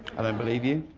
i don't believe you,